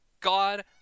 god